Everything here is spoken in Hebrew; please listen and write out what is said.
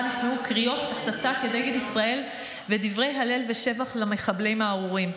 נשמעו קריאות הסתה כנגד ישראל ודברי הלל ושבח למחבלים הארורים.